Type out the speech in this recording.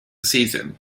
season